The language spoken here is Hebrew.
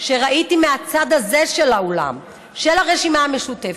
שראיתי מהצד הזה של האולם, של הרשימה המשותפת,